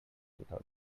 without